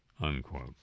Unquote